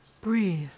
Breathe